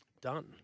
done